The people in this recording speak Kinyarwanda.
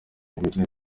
imikino